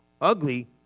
ugly